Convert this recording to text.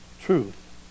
truth